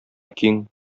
киң